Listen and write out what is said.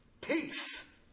peace